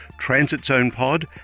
transitzonepod